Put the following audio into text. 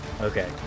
Okay